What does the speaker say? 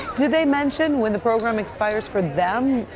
do they mention when the program expires for them?